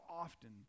often